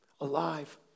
alive